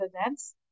events